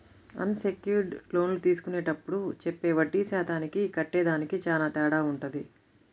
అన్ secured లోన్లు తీసుకునేప్పుడు చెప్పే వడ్డీ శాతానికి కట్టేదానికి చానా తేడా వుంటది